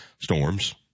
storms